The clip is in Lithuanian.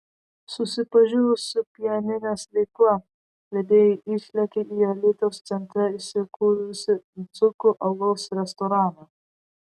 susipažinus su pieninės veikla vedėjai išlėkė į alytaus centre įsikūrusį dzūkų alaus restoraną